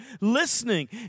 listening